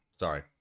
Sorry